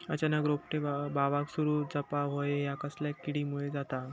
अचानक रोपटे बावाक सुरू जवाप हया कसल्या किडीमुळे जाता?